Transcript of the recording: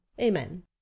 Amen